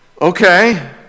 okay